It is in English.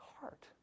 heart